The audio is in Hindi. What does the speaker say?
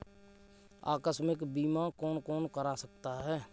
आकस्मिक बीमा कौन कौन करा सकता है?